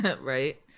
Right